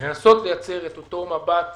לנסות לייצר את אותו מבט